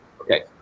Okay